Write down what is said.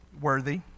worthy